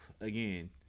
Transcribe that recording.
again